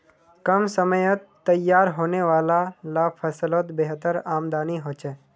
कम समयत तैयार होने वाला ला फस्लोत बेहतर आमदानी होछे